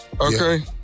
Okay